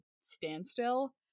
standstill